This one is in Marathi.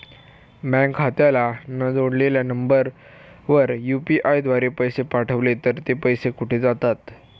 बँक खात्याला न जोडलेल्या नंबरवर यु.पी.आय द्वारे पैसे पाठवले तर ते पैसे कुठे जातात?